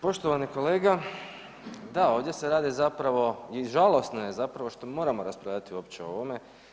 Poštovani kolega, da ovdje se radi zapravo i žalosno je zapravo što moramo raspravljati uopće o ovome.